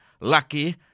Lucky